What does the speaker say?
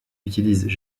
utilisent